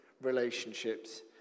relationships